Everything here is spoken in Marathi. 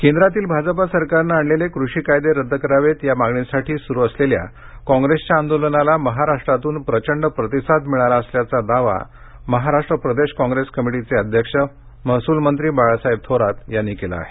केळकर केंद्रातील भाजपा सरकारनं आणलेले कृषी कायदे रद्द करावेत या मागणीसाठी सुरु असलेल्या काँप्रेसच्या आंदोलनाला महाराष्ट्रातून प्रचंड प्रतिसाद मिळाला असल्याचा दावा महाराष्ट्र प्रदेश काँप्रेस कमिटीचे अध्यक्ष महसूल मंत्री बाळासाहेब थोरात यांनी केला आहे